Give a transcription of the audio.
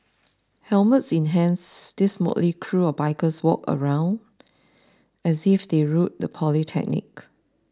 helmets in hands these motley crew of bikers walked around as if they ruled the polytechnic